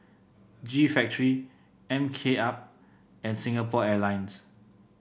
G Factory M K Up and Singapore Airlines